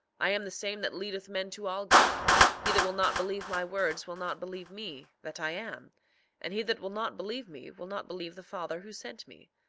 i am the same that leadeth men to all good he that will not believe my words will not believe me that i am and he that will not believe me will not believe the father who sent me.